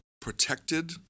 protected